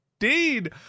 Indeed